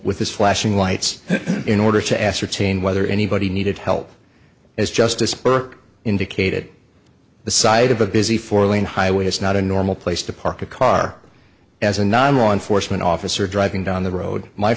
with his flashing lights in order to ascertain whether anybody needed help as justice burke indicated the side of a busy four lane highway it's not a normal place to park a car as a non law enforcement officer driving down the road my